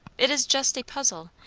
it is just a puzzle,